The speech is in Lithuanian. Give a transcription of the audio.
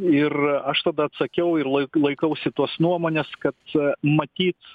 ir aš tada atsakiau ir laik laikausi tos nuomonės kad matyt